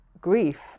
grief